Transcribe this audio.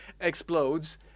explodes